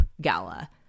gala